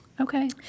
Okay